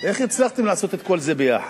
איך הצלחתם לעשות את כל זה ביחד?